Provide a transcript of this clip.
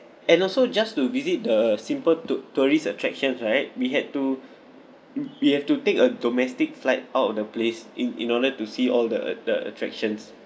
and also just to visit the simple tou~ tourist attractions right we had to w~ we have to take a domestic flight out of the place in in order to see all the the attractions